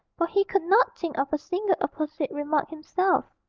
for he could not think of a single apposite remark himself.